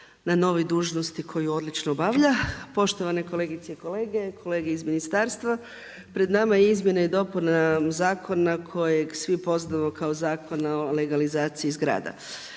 na novoj dužnosti koju odlučno obavlja. Poštovane kolegice i kolege, kolege iz ministarstva, pred nama je izmjena i dopuna Zakona kojeg svi poznajemo kao Zakona o legalizaciji zgrada.